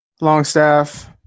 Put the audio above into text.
Longstaff